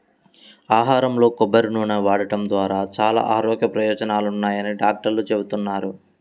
ఆహారంలో కొబ్బరి నూనె వాడటం ద్వారా చాలా ఆరోగ్య ప్రయోజనాలున్నాయని డాక్టర్లు చెబుతున్నారు